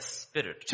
spirit